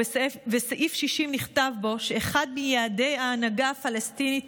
בסעיף 60 נכתב שאחד מיעדי ההנהגה הפלסטינית